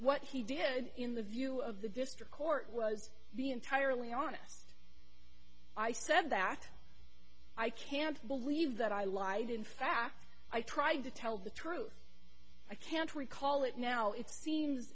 what he did in the view of the district court was being entirely honest i said that i can't believe that i lied in fact i tried to tell the truth i can't recall it now it seems